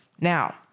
Now